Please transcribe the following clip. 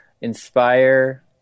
Inspire